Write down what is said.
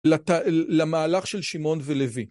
למהלך של שמעון ולוי.